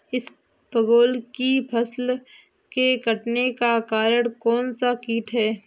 इसबगोल की फसल के कटने का कारण कौनसा कीट है?